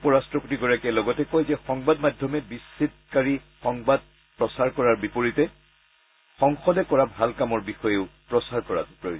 উপ ৰাট্টপতিগৰাকীয়ে লগতে কয় যে সংবাদ মাধ্যমে বিচ্ছেদকাৰী সংবাদ প্ৰচাৰ কৰাৰ বিপৰীতে সংসদে কৰা ভাল কামৰ বিষয়ে প্ৰচাৰ কৰাটো প্ৰয়োজন